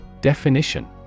Definition